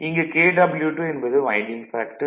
இங்கு Kw2 என்பது winding factor